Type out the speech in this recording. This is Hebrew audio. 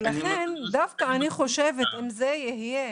ולכן דווקא אני חושבת שאם זה יהיה